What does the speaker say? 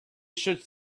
should